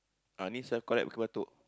ah ni self collect Bukit-Batok